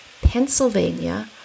Pennsylvania